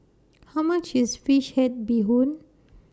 How much IS Fish Head Bee Hoon